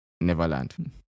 Neverland